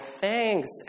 thanks